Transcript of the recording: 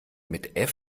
mit